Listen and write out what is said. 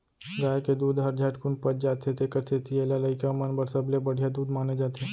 गाय के दूद हर झटकुन पच जाथे तेकर सेती एला लइका मन बर सबले बड़िहा दूद माने जाथे